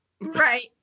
Right